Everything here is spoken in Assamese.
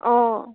অঁ